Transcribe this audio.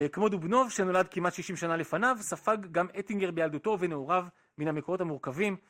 כמו דובנוב שנולד כמעט 60 שנה לפניו, ספג גם אטינגר בילדותו ונעוריו מן המקורות המורכבים.